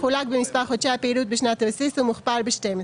מחולק במספר חודשי הפעילות בשנת הבסיס ומוכפל ב-12,